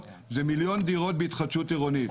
זה מיליון דירות בהתחדשות עירונית,